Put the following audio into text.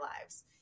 lives